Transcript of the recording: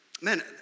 man